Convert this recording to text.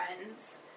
friends